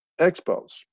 expos